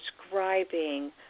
describing